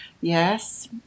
Yes